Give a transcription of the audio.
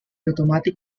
automatic